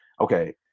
okay